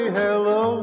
hello